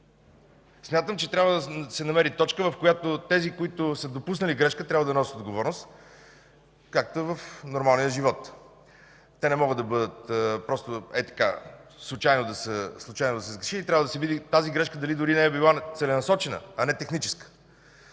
въпроси. Трябва да се намери точка, в която тези, които са допуснали грешка, да носят отговорност, както е в нормалния живот. Те не могат просто случайно да са сгрешили, а трябва да се види тази грешка дали дори не е била целенасочена, а не техническа.